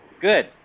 Good